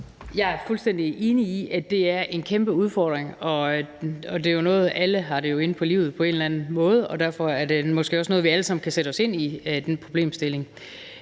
Jeg er fuldstændig enig i, at det er en kæmpe udfordring. Alle har det jo inde på livet på en eller anden måde, og derfor er det måske også en problemstilling,